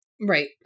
Right